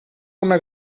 una